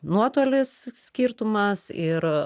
nuotolis skirtumas ir